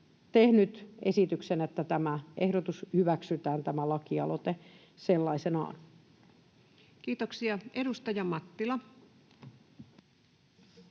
tehnyt esityksen, että tämä ehdotus, tämä lakialoite, hyväksytään sellaisenaan. Kiitoksia. — Edustaja Mattila.